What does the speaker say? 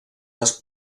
les